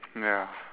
ya